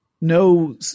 no